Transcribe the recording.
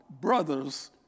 brothers